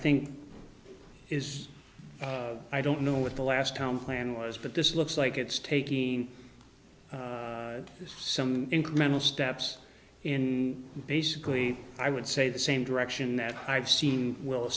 think is i don't know what the last home plan was but this looks like it's taking some incremental steps in basically i would say the same direction that i've seen will